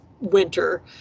winter